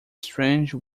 strange